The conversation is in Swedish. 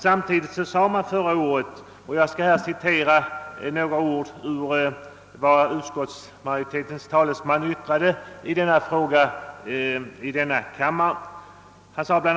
Samtidigt yttrade emellertid utskottsmajoritetens talesman vid debatten i denna kammare bla.